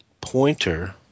pointer